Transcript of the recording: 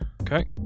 Okay